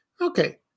okay